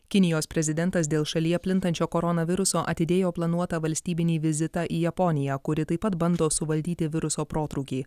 kinijos prezidentas dėl šalyje plintančio koronaviruso atidėjo planuotą valstybinį vizitą į japoniją kuri taip pat bando suvaldyti viruso protrūkį